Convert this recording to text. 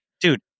Dude